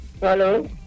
Hello